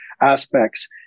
aspects